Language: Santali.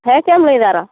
ᱦᱮ ᱪᱮᱫ ᱮᱢ ᱞᱟᱹᱭᱫᱟ ᱟᱨᱚ